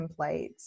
templates